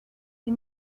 die